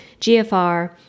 GFR